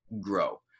grow